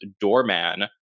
doorman